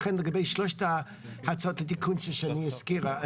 לכן לגבי שלושת ההצעות לתיקון ששני הזכירה,